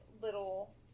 little